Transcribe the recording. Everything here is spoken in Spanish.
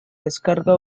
descarga